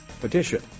petition